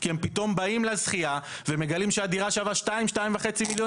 כי הם פתאום באים לזכייה ומגלים שהדירה שווה שניים עד שניים וחצי מיליון